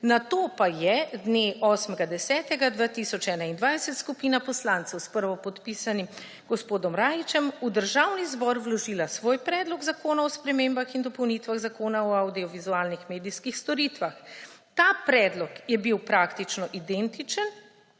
Nato pa je dne 8. 10. 2021 skupina poslancev s prvopodpisanim gospodom Rajićem v Državni zbor vložila svoj Predlog zakona o spremembah in dopolnitvah Zakona o avdiovizualnih medijskih storitvah. Ta predlog je bil praktično identičen